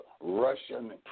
Russian